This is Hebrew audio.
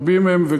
רבים מהם,